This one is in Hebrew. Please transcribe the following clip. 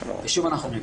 שוב אנחנו אומרים,